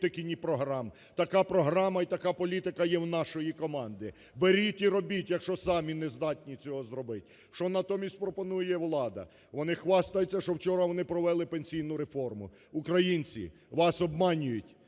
така програма і така політика є в нашої команди. Беріть і робіть, якщо самі не здатні цього зробити. Що натомість пропонує влада? Вони хвастаються, що вчора вони провели пенсійну реформу. Українці, вам обманюють,